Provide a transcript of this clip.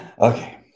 Okay